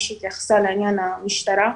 שהתייחסה לעניין המשטרה.